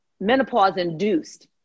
menopause-induced